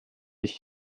ich